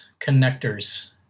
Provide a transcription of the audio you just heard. connectors